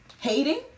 Hating